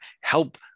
help